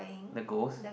the ghost